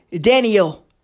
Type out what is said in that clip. Daniel